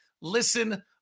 listen